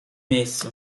miejscu